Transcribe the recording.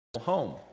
home